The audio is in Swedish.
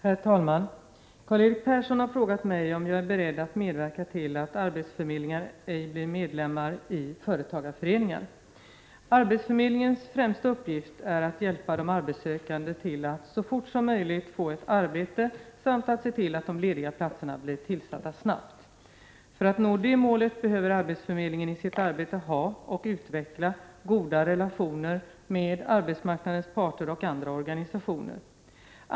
Herr talman! Karl-Erik Persson har frågat mig om jag är beredd att medverka till att arbetsförmedlingar ej blir medlemmar i företagarföreningar. Arbetsförmedlingens främsta uppgift är att hjälpa de arbetssökande att så fort som möjligt få ett arbete samt att se till att de lediga platserna blir tillsatta snabbt. För att nå det målet behöver arbetsförmedlingen i sitt arbete ha och utveckla goda relationer med arbetsmarknadens parter och andra organisationer.